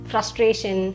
Frustration